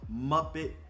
Muppet